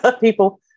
people